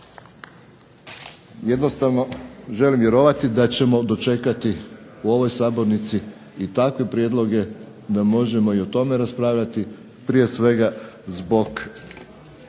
Jednostavno želim vjerovati da ćemo dočekati u ovoj sabornici i takve prijedloge da možemo i o tome raspravljati prije svega zbog